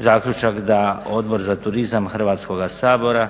zaključak da Odbor za turizam Hrvatskoga sabora